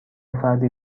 فردی